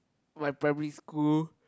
my primary school